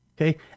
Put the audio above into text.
Okay